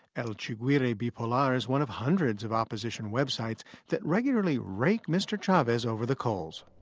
el chiguire bipolar is one of hundreds of opposition websites that regularly rake mr. chavez over the coals.